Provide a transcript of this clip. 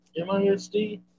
MISD